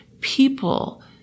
people